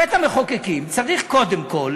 בית-המחוקקים צריך קודם כול,